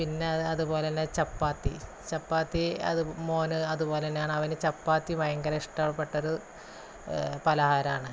പിന്നെ അതുപോലെന്നെ ചപ്പാത്തി ചപ്പാത്തി അത് മോന് അതുപോലെ തന്നെയാണ് അവന് ചപ്പാത്തി ഭയങ്കര ഇഷ്ടപ്പെട്ടൊരു പലഹാരം ആണ്